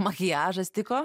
makiažas tiko